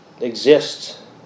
exists